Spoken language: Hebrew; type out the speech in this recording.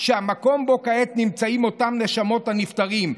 שהמקום שבו כעת נמצאות אותן נשמות הנפטרים,